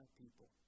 people